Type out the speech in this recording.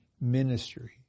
ministry